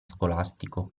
scolastico